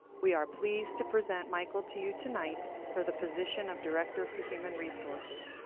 we are pleased to present michael to you tonight for the position of director for human resources.